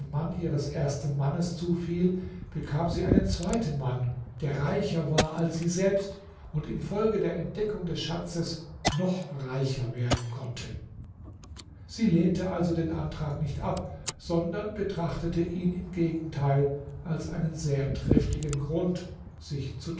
tod ihres ersten mannes zufiel bekam sie einen zweiten mann der reicher war als sie selbst und infolge der entdeckung des schatzes noch reicher werden konnte sie lehnte also den antrag nicht ab sondern betrachtete ihn im gegenteil als einen sehr triftigen grund sich